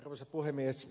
arvoisa puhemies